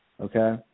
Okay